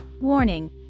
Warning